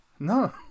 No